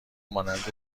مانند